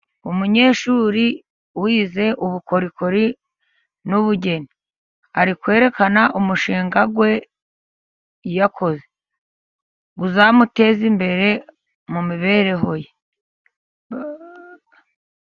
Umunyeshuri wize ubukorikori n'ubugeni, ari kwerekana umushinga we yakoze uzamuteza imbere mu mibereho ye.